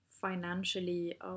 financially